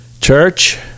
church